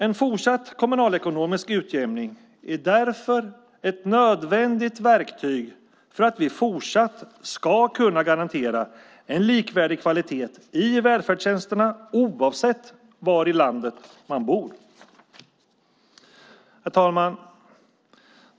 En fortsatt kommunalekonomisk utjämning är därför ett nödvändigt verktyg för att vi fortsatt ska kunna garantera en likvärdig kvalitet i välfärdstjänsterna oavsett var i landet man bor. Herr talman!